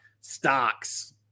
stocks